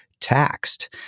taxed